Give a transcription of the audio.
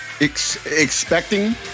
expecting